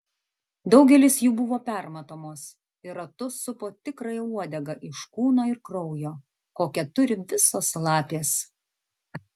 daugelis jų buvo permatomos ir ratu supo tikrąją uodegą iš kūno ir kraujo kokią turi visos lapės